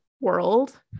world